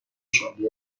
شایعه